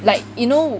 like you know